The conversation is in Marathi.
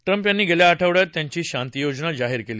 ट्रंप यांनी गेल्या आठवड्यात त्यांची शांतीयोजना जाहीर केली